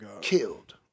killed